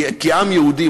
כי כעם יהודי,